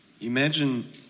Imagine